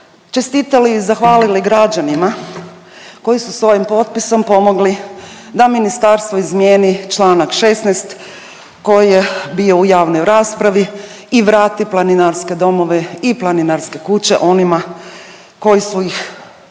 čestitali i zahvalili građanima koji su svojim potpisom pomogli da ministarstvo izmjeni čl. 16. koji je bio u javnoj raspravi i vrati planinarske domove i planinarske kuće onima koji su ih gradili